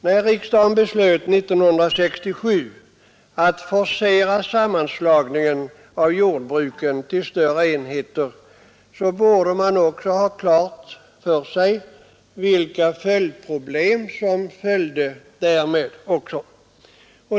När riksdagen 1967 beslöt att forcera sammanslagningen av jordbruken till större enheter borde man också ha haft klart för sig vilka följdproblem som uppkommer.